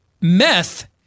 meth